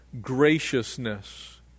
graciousness